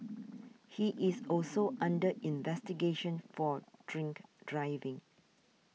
he is also under investigation for drink driving